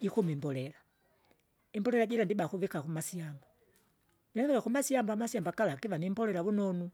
jikume imbolela, imbolele jira ndiba ukuvika kumasyamba, jenokwa kumasyamaba amasyamba gala giva nimbolele vunonu.